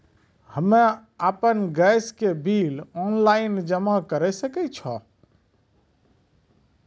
हम्मे आपन गैस के बिल ऑनलाइन जमा करै सकै छौ?